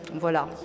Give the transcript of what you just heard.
Voilà